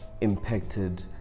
impacted